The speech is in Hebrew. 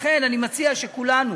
לכן אני מציע שכולנו,